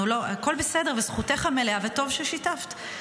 הכול בסדר וזכותך המלאה, וטוב ששיתפת.